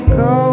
go